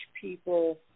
people